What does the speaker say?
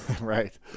Right